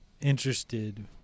interested